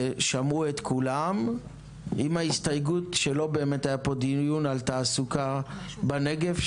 ושמעו את כולם עם ההסתייגות שלא באמת היה פה דיון על תעסוקה בנגב,